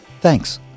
Thanks